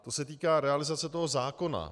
To se týká realizace toho zákona.